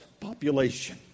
population